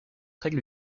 règle